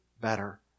better